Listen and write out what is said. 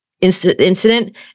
incident